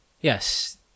Yes